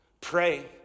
pray